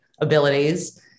abilities